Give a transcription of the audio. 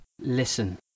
Listen